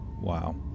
Wow